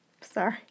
sorry